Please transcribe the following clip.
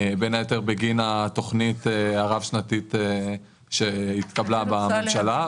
בין היתר בגין התוכנית הרב-שנתית שהתקבלה בממשלה,